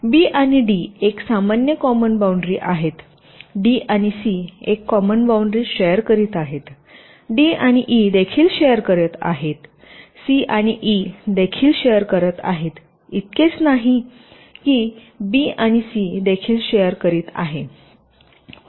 बी आणि डी एक सामान्य कॉमन बाउंडरी करीत आहेत डी आणि सी एक कॉमन बाउंडरी शेयर करीत आहेतडी आणि ई देखील शेयर करीत आहेत आणि सी आणि ई देखील शेयर करीत आहेत इतकेच नाही की बी आणि सी देखील शेयर करत आहेत